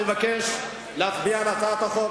אני מבקש להצביע על הצעת החוק.